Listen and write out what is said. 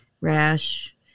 rash